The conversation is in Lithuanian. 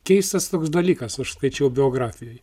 keistas toks dalykas aš skaičiau biografijoj